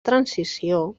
transició